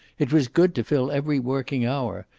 it was good to fill every working hour,